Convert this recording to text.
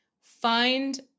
find